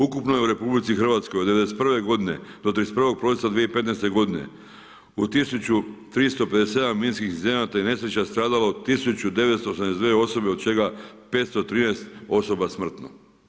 Ukupno je u RH od 1991. godine do 31.12.2015. godine u 1357 minskih incidenata i nesreća stradalo 1982 osobe, od čega 513 osoba smrtno.